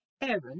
Aaron